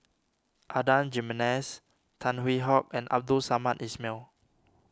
Adan Jimenez Tan Hwee Hock and Abdul Samad Ismail